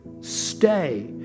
stay